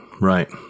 right